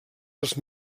els